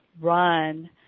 run